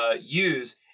use